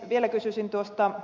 vielä kysyisin tuosta